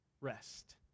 rest